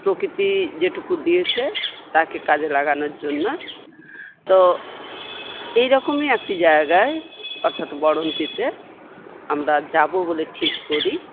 প্রকৃতি যেটুকু দিয়েছে তাকে কাজে লাগানোর জন্য তো এই রকমই একটি জায়গায় অর্থাৎ বড়ন্তিতে আমরা যাব বলে ঠিক করি